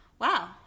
wow